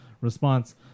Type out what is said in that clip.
response